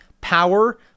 Power